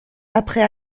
après